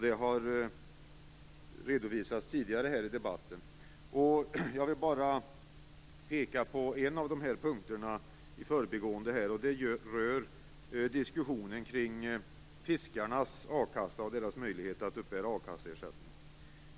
Det har redovisats tidigare här i debatten. Jag vill bara peka på en av de här punkterna i förbigående. Den rör diskussionen kring fiskarnas a-kassa och deras möjlighet att uppbära a-kasseersättning.